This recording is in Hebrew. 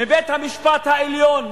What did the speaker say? מבית-המשפט העליון,